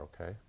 okay